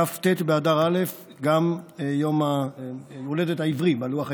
כ"ט באדר א', גם יום ההולדת העברי, בלוח העברי.